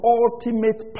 ultimate